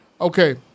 Okay